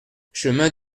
chemin